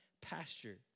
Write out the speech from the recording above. pasture